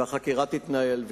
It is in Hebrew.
והחקירה תתנהל.